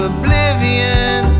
oblivion